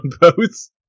boats